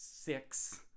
six